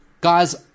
Guys